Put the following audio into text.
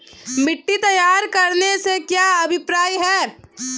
मिट्टी तैयार करने से क्या अभिप्राय है?